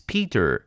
Peter